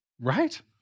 Right